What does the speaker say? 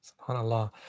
Subhanallah